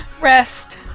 Rest